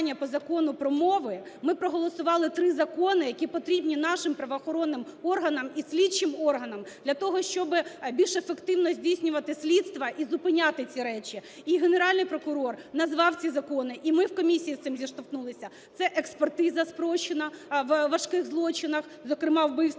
ми проголосували три закони, які потрібні нашим правоохоронним органам і слідчим органам для того, щоби більш ефективно здійснювати слідства і зупиняти ці речі. І Генеральний прокурор назвав ці закони, і ми в комісії з цим зіштовхнулися: це експертиза спрощена в важких злочинах, зокрема вбивствах;